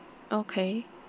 okay